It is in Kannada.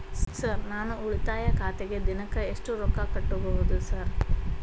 ಸರ್ ನಾನು ಉಳಿತಾಯ ಖಾತೆಗೆ ದಿನಕ್ಕ ಎಷ್ಟು ರೊಕ್ಕಾ ಕಟ್ಟುಬಹುದು ಸರ್?